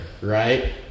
Right